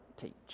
teach